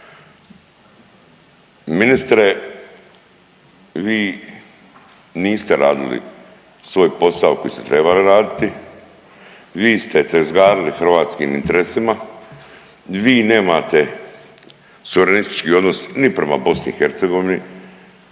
Ministre, vi niste radili svoj posao koji ste trebali raditi, vi ste tezgarili hrvatskim interesima, vi nemate suverenistički odnos ni prema BiH,